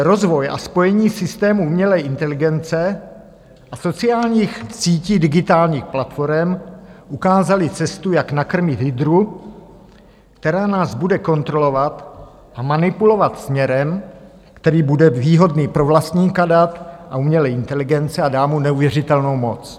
Rozvoj a spojení systému umělé inteligence a sociálních sítí digitálních platforem ukázaly cestu, jak nakrmit hydru, která nás bude kontrolovat a manipulovat směrem, který bude výhodný pro vlastníka dat a umělé inteligence a dá mu neuvěřitelnou moc.